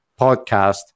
podcast